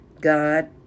God